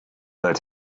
that